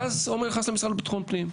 ואז עמר נכנס למשרד לביטחון פנים,